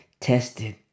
tested